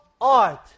art